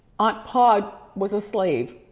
aunt pod was a slave.